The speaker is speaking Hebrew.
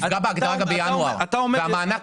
נפגע בהגדרה גם בינואר והמענק מוגדל.